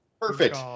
Perfect